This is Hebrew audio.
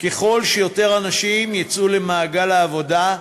ככל שיותר אנשים יצאו למעגל העבודה,